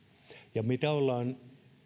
ja mitä ollaan